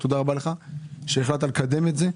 תודה רבה לך שהחלטת לקדם את זה.